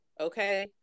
okay